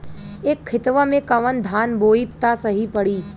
ए खेतवा मे कवन धान बोइब त सही पड़ी?